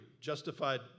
justified